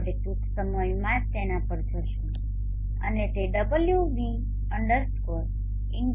આપણે ટૂંક સમયમાં જ તેના પર જઈશું અને તે wv Indian